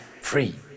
free